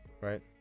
right